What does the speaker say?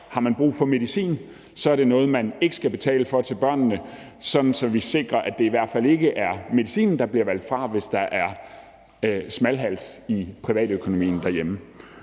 har man brug for medicin, så er det noget, man ikke skal betale for til børnene, sådan at vi sikrer, at det i hvert fald ikke er medicinen, der bliver valgt fra, hvis der er smalhals i privatøkonomien derhjemme.